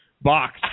Box